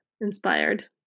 inspired